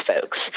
folks